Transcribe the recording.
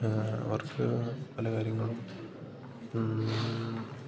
അവർക്ക് പല കാര്യങ്ങളും